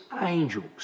angels